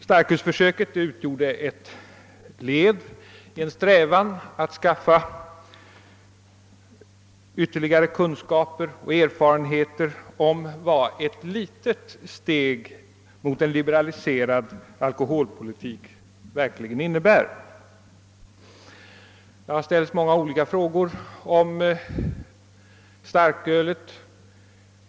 Starkölsförsöket var ett led i en strävan att vinna ytterligare kunskaper och erfarenheter om vad ett litet steg mot en liberaliserad alkoholpolitik verkligen innebär. Det har ställts många olika frågor om starkölet.